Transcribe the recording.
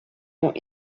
ont